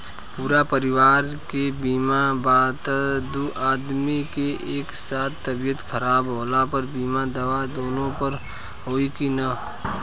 पूरा परिवार के बीमा बा त दु आदमी के एक साथ तबीयत खराब होला पर बीमा दावा दोनों पर होई की न?